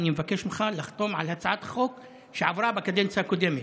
אני מבקש ממך לחתום על הצעת חוק שעברה בקדנציה הקודמת,